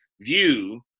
view